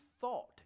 thought